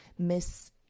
Miss